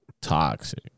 Toxic